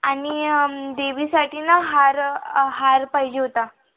आणि देवीसाठी ना हार हार पाहिजे होता